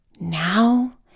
now